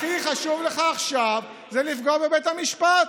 הכי חשוב לך עכשיו זה לפגוע בבית המשפט.